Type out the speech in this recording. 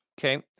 Okay